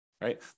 right